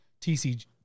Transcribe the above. tcg